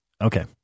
okay